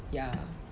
ya